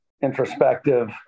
introspective